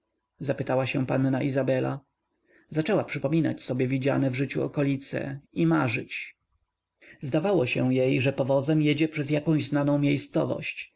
zapytała się panna izabela zaczęła przypominać sobie widziane w życiu okolice i marzyć zdawało się jej że powozem jedzie przez jakąś znaną miejscowość